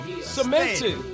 cemented